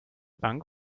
bank